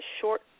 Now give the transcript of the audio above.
short